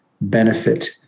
benefit